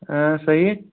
صحیح